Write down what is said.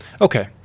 Okay